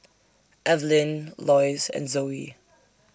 Evelyne Loyce and Zoie